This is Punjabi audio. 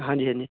ਹਾਂਜੀ ਹਾਂਜੀ